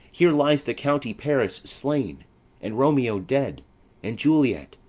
here lies the county paris slain and romeo dead and juliet,